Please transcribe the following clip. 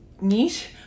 niche